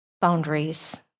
boundaries